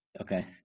Okay